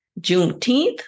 Juneteenth